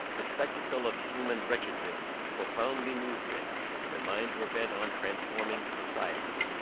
the spectacle of human wretchedness profoundly moved them their minds were bent on transforming society,